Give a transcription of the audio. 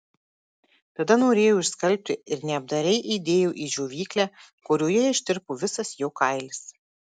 tada norėjau išskalbti ir neapdairiai įdėjau į džiovyklę kurioje ištirpo visas jo kailis